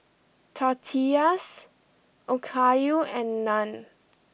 Tortillas Okayu and Naan